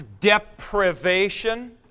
deprivation